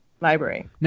library